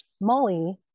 Molly